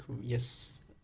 yes